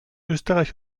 österreich